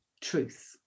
truth